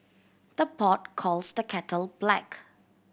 the pot calls the kettle black